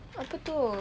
apa itu